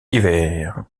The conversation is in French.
divers